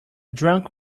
drunk